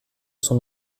son